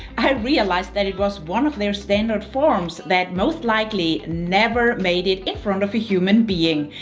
i realised that it was one of their standard forms that most likely never made it in front of a human being.